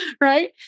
right